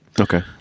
Okay